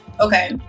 okay